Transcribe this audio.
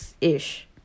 ish